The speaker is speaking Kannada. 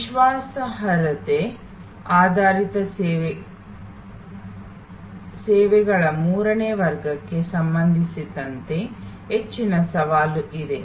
ವಿಶ್ವಾಸಾರ್ಹತೆ ಆಧಾರಿತ ಸೇವೆಗಳ ಮೂರನೇ ವರ್ಗಕ್ಕೆ ಸಂಬಂಧಿಸಿದಂತೆ ಹೆಚ್ಚಿನ ಸವಾಲು ಇದೆ